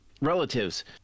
relatives